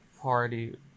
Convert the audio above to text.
party